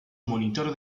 monitor